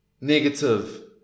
negative